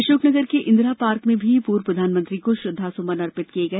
अशोकनगर के इंदिरा पार्क में भी पूर्व प्रधानमंत्री को श्रद्धा सुमन अर्पित किए गए